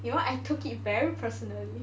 you know what I took it very personally